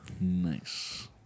Nice